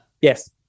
Yes